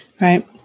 right